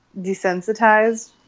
desensitized